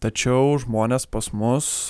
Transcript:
tačiau žmonės pas mus